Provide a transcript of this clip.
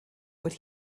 what